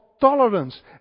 tolerance